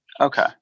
Okay